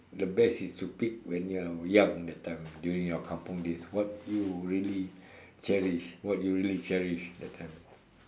the best is to pick when you are young that time during your kampung days what you really cherish what you really cherish that time